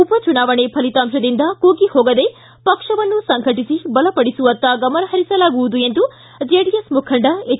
ಉಪಚುನಾವಣೆ ಫಲಿತಾಂಶದಿಂದ ಕುಗ್ಗಿ ಹೋಗದೆ ಪಕ್ಷವನ್ನು ಸಂಘಟಿಸಿ ಬಲಪಡಿಸುವತ್ತ ಗಮನಹರಿಸಲಾಗುವುದು ಎಂದು ಎಚ್